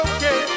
Okay